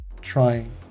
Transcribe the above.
trying